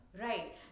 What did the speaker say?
Right